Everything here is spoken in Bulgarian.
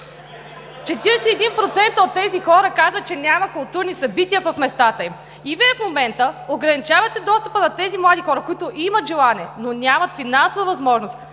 41% от тези хора казват, че няма културни събития в местата им. И Вие в момента ограничавате достъпа на тези млади хора, които имат желание, но нямат финансова възможност